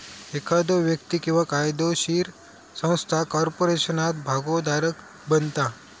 एखादो व्यक्ती किंवा कायदोशीर संस्था कॉर्पोरेशनात भागोधारक बनता